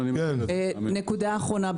נקודה אחרונה,